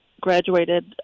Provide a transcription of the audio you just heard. graduated